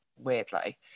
weirdly